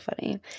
funny